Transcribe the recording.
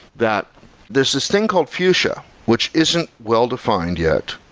that this this thing called fuchsia, which isn't well-defined yet,